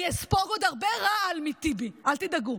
אני אספוג עוד הרבה רעל מטיבי, אל תדאגו.